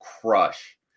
crush